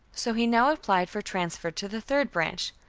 so he now applied for transfer to the third branch,